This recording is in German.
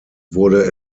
wurde